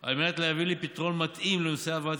על מנת להביא לפתרון מתאים לנושא העברת